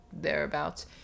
thereabouts